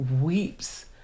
weeps